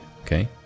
okay